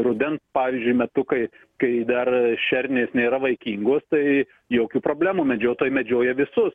rudens pavyzdžiui metu kai kai dar šernės nėra vaikingos tai jokių problemų medžiotojai medžioja visus